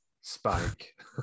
Spike